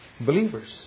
believers